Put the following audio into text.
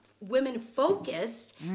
women-focused